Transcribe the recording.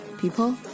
people